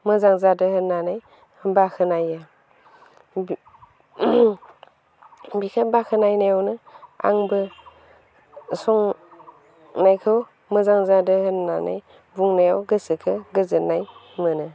मोजां जादों होन्नानै बाख्नायो बिसोरनि बाख्नायनायावनो आंबो संनायखौ मोजां जादों होन्नानै बुंनायाव गोसोखौ गोजोन्नाय मोनो